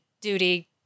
duty